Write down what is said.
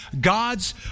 God's